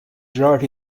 majority